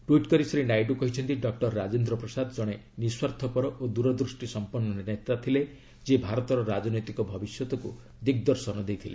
tweet କରି ଶ୍ରୀ ନାଇଡୁ କହିଛନ୍ତି doctor Rajendra Prasad ଜଣେ ନିସ୍ୱାର୍ଥପର ଓ ଦୂରଦୃଷ୍ଟିସମ୍ପନ୍ନ ନେତା ଥିଲେ ଯିଏ ଭାରତର ରାଜନୈତିକ ଭବିଷ୍ୟତକୁ ଦିଗ୍ଦର୍ଶନ ଦେଇଥିଲେ